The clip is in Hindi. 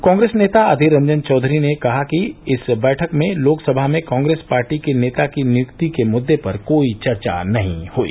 कांग्रेस नेता अधीर रंजन चौधरी ने कहा कि इस बैठक में लोकसभा में कांग्रेस पार्टी के नेता की नियुक्ति के मुद्दे पर कोई चर्चा नहीं हई